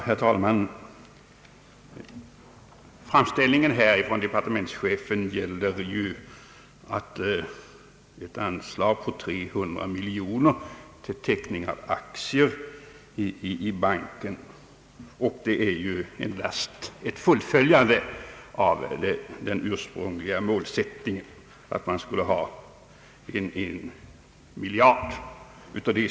Herr talman! Framställningen från departementschefen gäller ett anslag på 300 miljoner kronor till teckning av aktier i Sveriges investeringsbank AB, vilket endast är ett fullföljande av den ursprungliga målsättningen om ett eget kapital för banken på en miljard kronor.